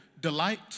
delight